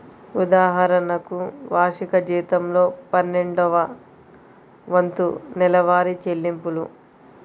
ఉదాహరణకు, వార్షిక జీతంలో పన్నెండవ వంతు నెలవారీ చెల్లింపులు